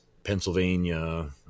Pennsylvania